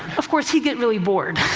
of course, he'd get really bored.